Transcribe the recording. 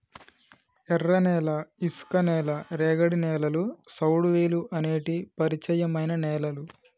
ఎర్రనేల, ఇసుక నేల, రేగడి నేలలు, సౌడువేలుఅనేటి పరిచయమైన నేలలు